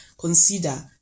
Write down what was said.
consider